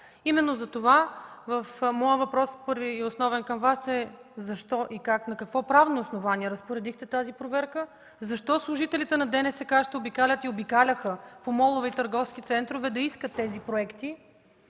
Именно затова моят първи и основен въпрос към Вас е: защо и как, на какво правно основание разпоредихте тази проверка? Защо служителите на ДНСК ще обикалят и обикаляха по молове и търговски центрове да искат тези проекти